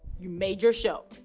you made your show.